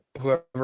whoever